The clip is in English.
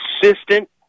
Consistent